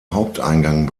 haupteingang